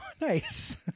nice